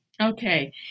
Okay